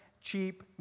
cheap